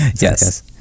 Yes